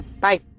Bye